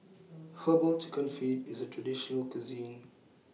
Herbal Chicken Feet IS A Traditional Cuisine